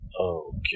Okay